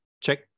check